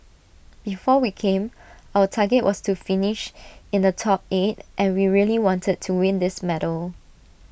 before we came our target was to finish in the top eight and we really wanted to win this medal